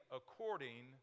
according